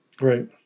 Right